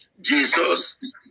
Jesus